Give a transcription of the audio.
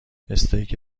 استیک